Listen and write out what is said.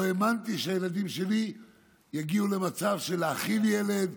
לא האמנתי שהילדים שלי יגיעו למצב של להאכיל ילד,